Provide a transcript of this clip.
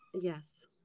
Yes